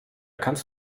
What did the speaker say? kannst